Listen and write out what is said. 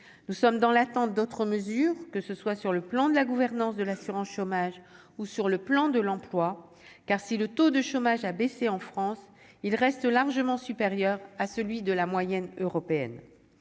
nous sommes dans l'attente d'autres mesures, que ce soit sur le plan de la gouvernance de l'assurance chômage ou sur le plan de l'emploi, car si le taux de chômage a baissé en France, il reste largement supérieur à celui de la moyenne européenne,